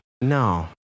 No